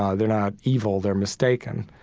ah they're not evil, they're mistaken